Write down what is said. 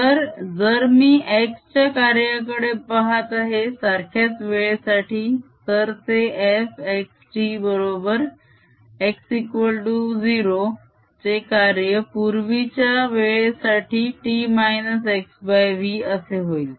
तर जर मी x च्या कार्याकडे पाहत आहे सारख्याच वेळेसाठी तर ते f x t बरोबर x0 चे कार्य पूर्वीच्या वेळेसाठी t xv असे होईल